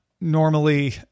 normally